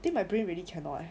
then my brain already cannot eh